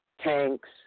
tanks